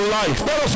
life